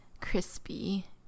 crispy